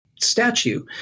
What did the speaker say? statue